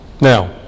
Now